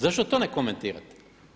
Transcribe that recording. Zašto to ne komentirate?